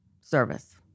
Service